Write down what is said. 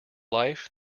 life